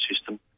system